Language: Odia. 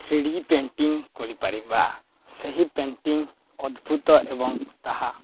ଥ୍ରୀ ଡ଼ି ପେଣ୍ଟିଂ କରିପାରିବା ସେହି ପେଣ୍ଟିଂ ଅଦ୍ଭୁତ ଏବଂ ତାହା